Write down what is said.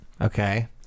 Okay